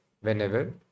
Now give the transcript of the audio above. Whenever